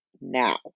now